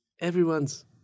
Everyone's